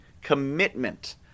commitment